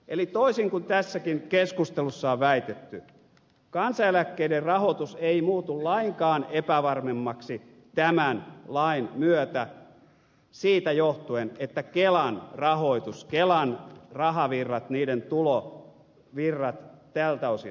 eli toisin kuin tässäkin keskustelussa on väitetty kansaneläkkeiden rahoitus ei muutu lainkaan epävarmemmaksi tämän lain myötä siitä johtuen että kelan rahoitus kelan rahavirrat niiden tulovirrat tältä osin muuttuvat